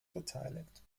beteiligt